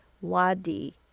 Wadi